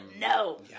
no